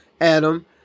Adam